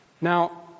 Now